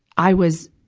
i was,